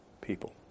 people